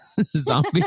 zombie